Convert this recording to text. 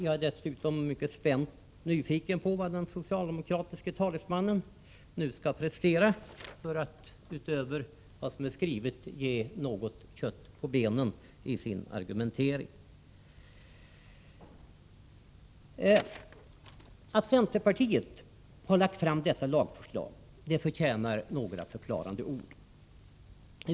Jag är dessutom spänt nyfiken på vad den socialdemokratiske talesmannen nu skall prestera för att utöver det skrivna ge något mera kött på benen i sin argumentering. Att centerpartiet har lagt fram detta lagförslag förtjänar några förklarande ord.